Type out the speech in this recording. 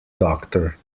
doctor